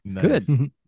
good